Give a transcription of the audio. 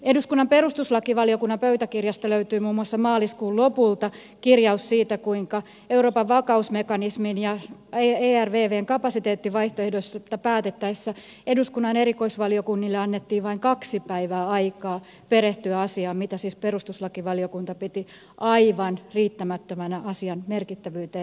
eduskunnan perustuslakivaliokunnan pöytäkirjasta löytyy muun muassa maaliskuun lopulta kirjaus siitä kuinka euroopan vakausmekanismin ja ervvn kapasiteettivaihtoehdoista päätettäessä eduskunnan erikoisvaliokunnille annettiin vain kaksi päivää aikaa perehtyä asiaan mitä siis perustuslakivaliokunta piti aivan riittämättömänä asian merkittävyyteen nähden